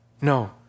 No